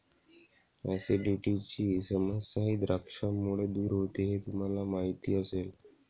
ऍसिडिटीची समस्याही द्राक्षांमुळे दूर होते हे तुम्हाला माहिती असेल